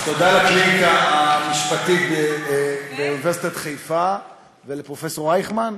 תודה לקליניקה המשפטית באוניברסיטת חיפה ולפרופ' רייכמן?